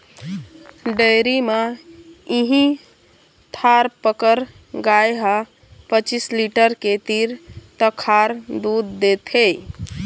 dairy म इहीं थारपकर गाय ह पचीस लीटर के तीर तखार दूद देथे